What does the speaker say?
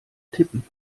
tippen